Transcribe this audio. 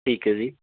ਠੀਕ ਹੈ ਜੀ